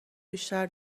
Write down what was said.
بیشتر